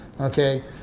Okay